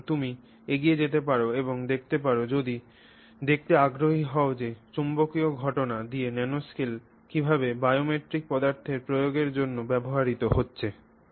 সুতরাং তুমি এগিয়ে যেতে পার এবং দেখতে পার যদি দেখতে আগ্রহী হও যে চৌম্বকীয় ঘটনা দিয়ে ন্যানোস্কেল কীভাবে বায়োমেট্রিক পদার্থের প্রয়োগের জন্য ব্যবহৃত হচ্ছে